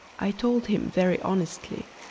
i told him, very honestly.